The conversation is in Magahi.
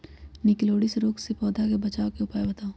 निककरोलीसिस रोग से पौधा के बचाव के उपाय बताऊ?